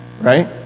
Right